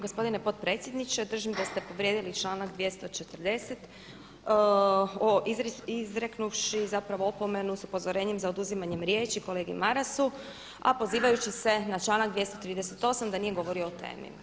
Gospodine potpredsjedniče, držim da ste povrijedili članak 240. izreknuvši zapravo opomenu sa upozorenjem za oduzimanjem riječi kolegi Marasu a pozivajući se na članak 238. da nije govorio o temi.